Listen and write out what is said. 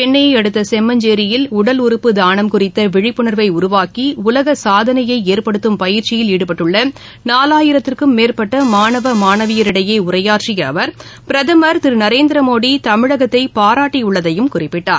சென்னையைஅடுத்தசெம்மஞ்சேரியில் உறுப்பு தானம் உடல் குறித்தவிழிப்புணர்வைஉருவாக்கிஉலகசாதனையைஏற்படுத்தும் பயிற்சியில் ஈடுபட்டுள்ளநாலாயிரத்துக்கும் மேற்பட்டமாணவ மாணவியரிடையேஉரையாற்றியஅவர் பிரதமர் திருநரேந்திரமோடிதமிழகத்தைபாராட்டியுள்ளதையும் குறிப்பிட்டார்